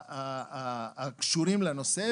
הקשורים לנושא,